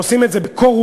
ועושים את זה בקור-רוח,